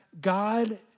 God